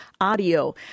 audio